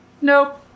Nope